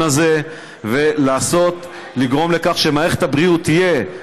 הזה ולגרום לכך שמערכת הבריאות תהיה,